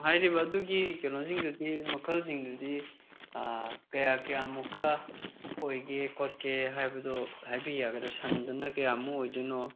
ꯍꯥꯏꯔꯤꯕ ꯑꯗꯨꯒꯤ ꯀꯩꯅꯣꯁꯤꯡꯗꯨꯗꯤ ꯃꯈꯜꯁꯤꯡꯗꯨꯗꯤ ꯀꯌꯥ ꯀꯌꯥꯃꯨꯛꯀ ꯑꯣꯏꯒꯦ ꯈꯣꯠꯀꯦ ꯍꯥꯏꯕꯗꯣ ꯍꯥꯏꯕꯤ ꯌꯥꯒꯗ꯭ꯔꯥ ꯁꯟꯗꯨꯅ ꯀꯌꯥꯃꯨꯛ ꯑꯣꯏꯗꯣꯏꯅꯣ